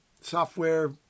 software